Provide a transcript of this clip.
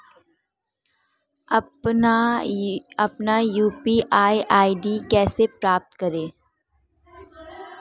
अपना UPI ID कैसे प्राप्त करें?